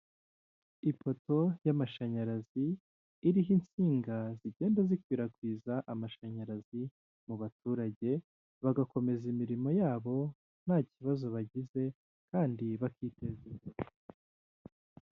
Ifoto y'amashanyarazi, iriho insinga zigenda zikwirakwiza amashanyarazi mu baturage bagakomeza imirimo yabo nta kibazo bagize kandi bakiteza imbere.